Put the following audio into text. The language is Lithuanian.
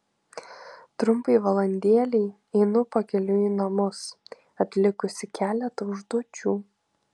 trumpai valandėlei einu pakeliui į namus atlikusi keletą užduočių